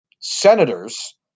Senators